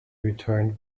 returned